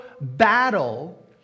battle